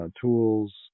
tools